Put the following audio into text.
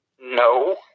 No